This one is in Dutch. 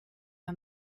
aan